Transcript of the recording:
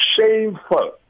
shameful